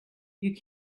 you